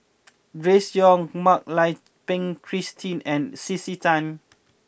Grace Young Mak Lai Peng Christine and C C Tan